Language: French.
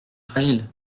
fragile